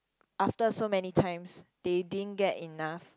after so many times they didn't get enough